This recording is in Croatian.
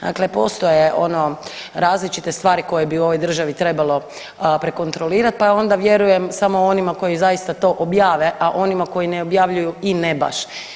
Dakle, postoje ono različite stvari koje bi u ovoj državi trebalo prekontrolirat pa onda vjerujem samo onima koji zaista to objave, a onima koji ne objavljuju i ne baš.